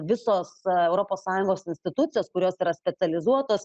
visos europos sąjungos institucijos kurios yra specializuotos